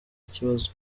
ikibazo